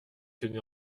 tenait